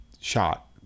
shot